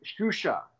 Shusha